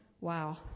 wow